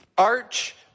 Arch